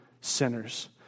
sinners